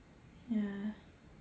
ya